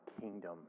kingdom